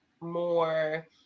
more